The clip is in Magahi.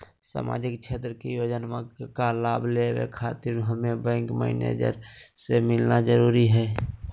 सामाजिक क्षेत्र की योजनाओं का लाभ लेने खातिर हमें बैंक मैनेजर से मिलना जरूरी है?